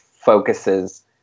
focuses